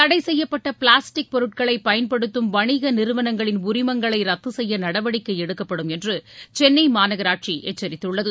தடை செய்யப்பட்ட பிளாஸ்டிக் பொருட்களை பயன்படுத்தும் வணிக நிறுவனங்களின் உரிமம் ரத்து செய்ய நடவடிக்கை எடுக்கப்படும் என்று சென்னை மாநகராட்சி எச்சரித்துள்ளது